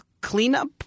cleanup